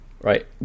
right